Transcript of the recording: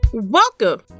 welcome